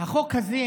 את החוק הזה,